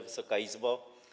Wysoka Izbo!